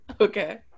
Okay